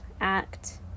act